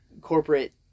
corporate